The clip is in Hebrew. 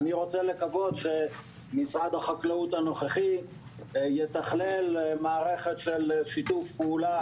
אני רוצה לקוות שמשרד החקלאות הנוכחי יתכלל מערכת של שיתוף פעולה